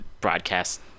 broadcast